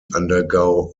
undergo